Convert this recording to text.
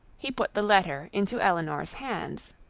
he put the letter into elinor's hands.